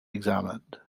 examined